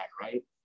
right